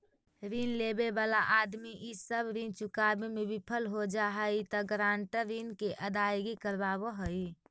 ऋण लेवे वाला आदमी इ सब ऋण चुकावे में विफल हो जा हई त गारंटर ऋण के अदायगी करवावऽ हई